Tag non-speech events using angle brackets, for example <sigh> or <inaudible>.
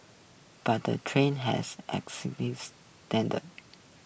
but the train has <unintelligible> standards